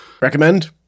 Recommend